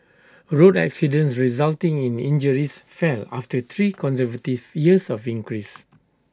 road accidents resulting in injuries fell after three consecutive years of increase